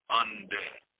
undead